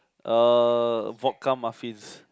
uh vodka muffins